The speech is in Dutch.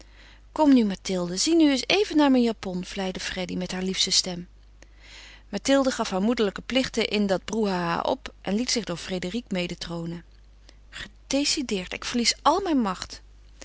kom nu mathilde zie nu eens even naar mijn japon vleide freddy met haar liefste stem mathilde gaf haar moederlijke plichten in dat brouhaha op en liet zich door frédérique medetroonen gedecideerd ik verlies al mijn macht